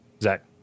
Zach